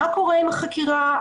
מה קורה עם החקירה,